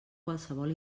qualsevol